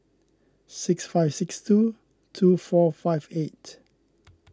six five six two two four five eight